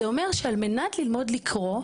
זה אומר שעל מנת ללמוד לקרוא,